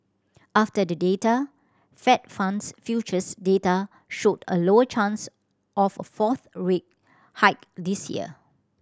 after the data Fed funds futures data showed a lower chance of a fourth rate hike this year